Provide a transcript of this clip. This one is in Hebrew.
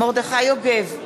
מרדכי יוגב,